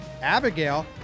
Abigail